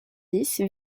dix